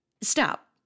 stop